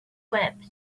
wept